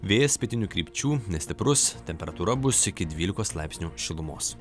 vėjas pietinių krypčių nestiprus temperatūra bus iki dvylikos laipsnių šilumos